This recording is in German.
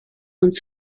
und